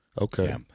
Okay